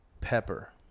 Pepper